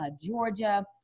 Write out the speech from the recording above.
Georgia